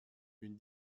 une